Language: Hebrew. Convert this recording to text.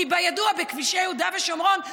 כי בידוע שבכבישי יהודה ושומרון,